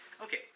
Okay